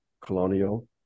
colonial